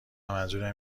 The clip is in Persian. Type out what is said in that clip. منظورم